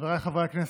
חבריי חברי הכנסת,